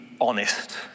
honest